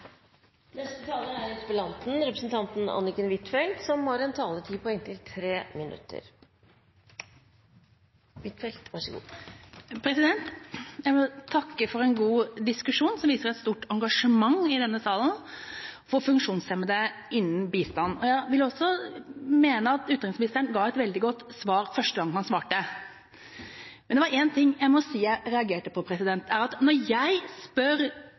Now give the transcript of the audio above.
Jeg vil takke for en god diskusjon, som viser et stort engasjement i denne salen for funksjonshemmede innen bistand. Jeg vil også mene at utenriksministeren ga et veldig godt svar første gang han svarte. Men det er én ting jeg må si jeg reagerte på: Når jeg spør utenriksministeren om han ønsker å øke andelen bistand til funksjonshemmede – for det er jo helt riktig som representanten fra Kristelig Folkeparti sier, at